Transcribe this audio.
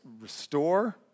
restore